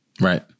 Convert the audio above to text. Right